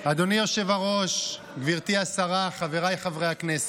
אדוני היושב-ראש, גברתי השרה, חבריי חברי הכנסת,